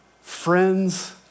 friends